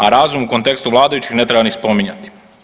A razum u kontekstu vladajućih ne treba ni spominjati.